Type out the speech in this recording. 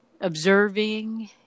observing